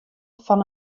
fan